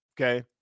okay